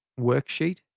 worksheet